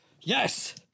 Yes